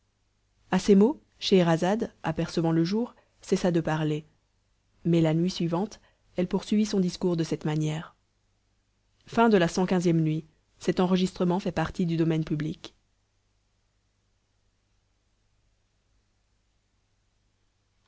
à ces mots scheherazade apercevant le jour cessa de parler mais la nuit suivante elle poursuivit son discours de cette manière cxvi nuit